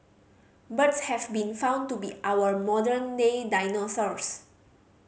birds have been found to be our modern day dinosaurs